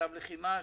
מצב לחימה,